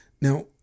Now